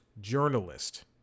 journalist